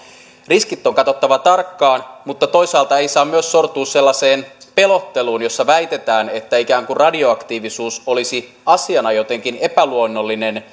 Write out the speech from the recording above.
riskit on katsottava tarkkaan mutta toisaalta ei saa myöskään sortua sellaiseen pelotteluun jossa väitetään että ikään kuin radioaktiivisuus olisi asiana jotenkin epäluonnollinen